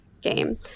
game